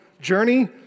journey